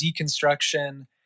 deconstruction